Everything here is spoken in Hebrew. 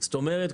זאת אומרת,